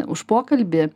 už pokalbį